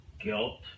guilt